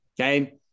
Okay